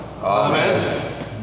Amen